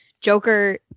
Joker